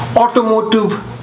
Automotive